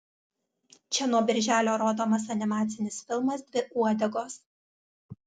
čia nuo birželio rodomas animacinis filmas dvi uodegos